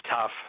tough